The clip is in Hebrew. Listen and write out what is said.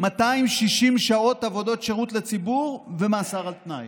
260 שעות עבודות לשירות הציבור ומאסר על תנאי.